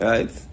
Right